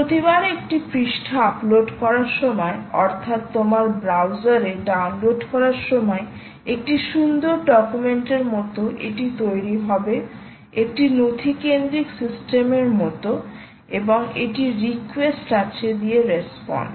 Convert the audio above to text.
প্রতিবার একটি পৃষ্ঠা আপলোড করার সময় অর্থাৎ তোমার ব্রাউজারে ডাউনলোড করার সময় একটি সুন্দর ডকুমেন্টের মতো এটি তৈরি হবে একটি নথি কেন্দ্রিক সিস্টেমের মতো এবং একটি রিকোয়েস্ট আছে দিয়ে রেসপন্স